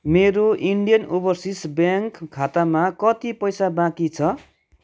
मेरो Indian overseas bank खातामा कति पैसा बाँकी छ